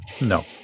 No